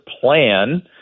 plan